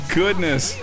goodness